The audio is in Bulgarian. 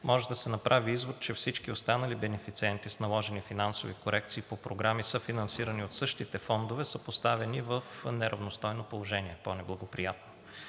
може да се направи извод, че всички останали бенефициенти с наложени финансови корекции по програми, съфинансирани от същите фондове, са поставени в неравностойно положение, по-неблагоприятно.